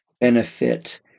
benefit